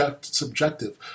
subjective